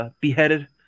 beheaded